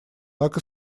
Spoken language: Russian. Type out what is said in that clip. так